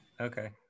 okay